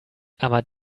aber